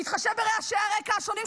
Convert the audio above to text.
מתחשב ברעשי הרקע השונים.